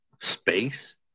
space